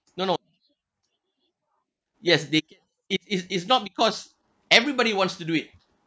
no yes they can it's it's it's not because everybody wants to do it